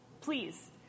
Please